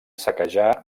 saquejar